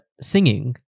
singing